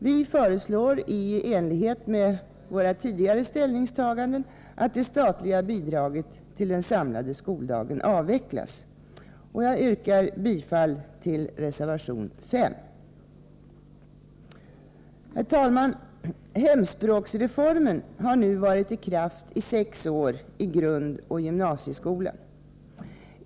Vi föreslår i enlighet med våra tidigare ställningstaganden att det statliga bidraget till samlad skoldag avvecklas. Jag yrkar bifall till reservation 5. Herr talman! Hemspråksreformen har nu varit i kraft i sex år i grundoch gymnasieskolan.